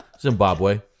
Zimbabwe